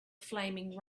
flaming